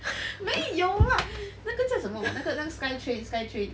没有 lah 那个叫什么那个 sky train sky train